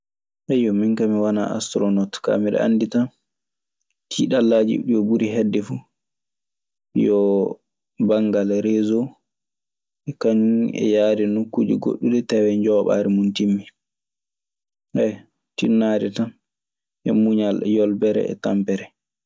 Min kaa mi wanaa astoronoot. Kaa miɗe anndi tan, tiiɗallaaji ɗi o ɓuri heɓde fu: yo banngal reesoo e kañun e yahde nokkuuje goɗɗuɗe tawee njooɓaari mun timmii. tinnaade tan, e muñal e yolbere e tampere.